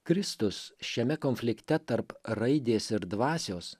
kristus šiame konflikte tarp raidės ir dvasios